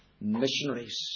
missionaries